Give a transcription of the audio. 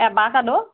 avocado